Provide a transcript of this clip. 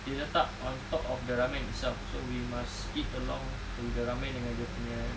dia letak on top of the ramen itself so we must eat along on the ramen dengan dia punya